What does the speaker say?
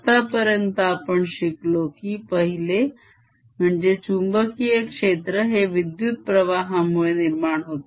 आतापर्यंत आपण शिकलो की पहिले चुंबकीय क्षेत्र हे विद्युत्प्रवाहामुळे निर्माण होते